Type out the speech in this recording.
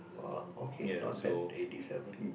oh okay not bad eighty seven